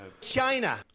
China